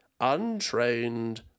untrained